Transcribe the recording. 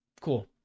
cool